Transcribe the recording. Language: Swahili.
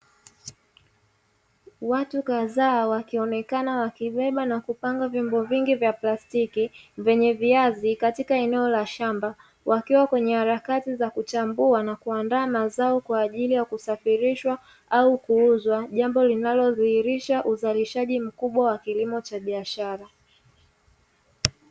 Watu kadhaa wakionekana wakibeba na kupanga vyombo vingi vya plastiki vyenye viazi katika eneo la shamba, wakiwa kwenye harakati za kuchambua na kuaandaa mazao kwa ajili ya kusafirishwa au kuuzwa, jambo linalorihirisha uzalishaji mkubwa wa kilimo cha biashara.